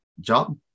job